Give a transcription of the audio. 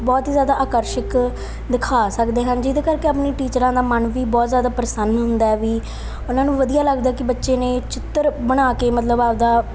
ਬਹੁਤ ਹੀ ਜ਼ਿਆਦਾ ਆਕਰਸ਼ਕ ਦਿਖਾ ਸਕਦੇ ਹਾਂ ਜਿਹਦੇ ਕਰਕੇ ਆਪਣੀ ਟੀਚਰਾਂ ਦਾ ਮਨ ਵੀ ਬਹੁਤ ਜ਼ਿਆਦਾ ਪ੍ਰਸੰਨ ਹੁੰਦਾ ਹੈ ਵੀ ਉਹਨਾਂ ਨੂੰ ਵਧੀਆ ਲੱਗਦਾ ਕਿ ਬੱਚੇ ਨੇ ਚਿੱਤਰ ਬਣਾ ਕੇ ਮਤਲਬ ਆਪਦਾ